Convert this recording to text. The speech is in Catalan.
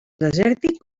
desèrtic